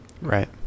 Right